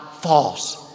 false